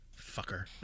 Fucker